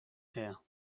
here